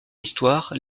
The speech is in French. histoire